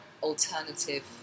Alternative